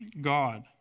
God